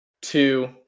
two